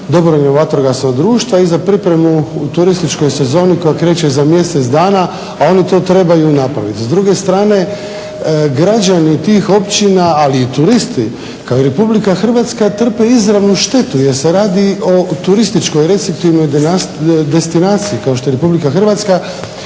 dobrovoljna vatrogasna društva i za pripremu u turističkoj sezoni koja kreće za mjesec dana, a oni to trebaju napraviti. S druge strane građani tih općina, ali i turisti kao i RH trpe izravnu štetu jer se radi o turističkoj destinaciji kao što je RH i na kraju